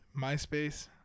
MySpace